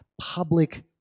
public